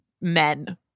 men